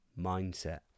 Mindset